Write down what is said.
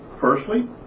firstly